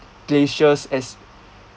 glaciers as